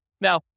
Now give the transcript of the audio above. Now